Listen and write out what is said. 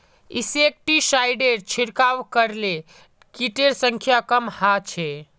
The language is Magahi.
इंसेक्टिसाइडेर छिड़काव करले किटेर संख्या कम ह छ